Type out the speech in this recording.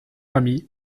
ami